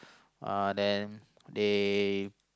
uh then they